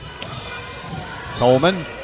Coleman